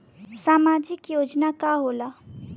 सामाजिक योजना का होला?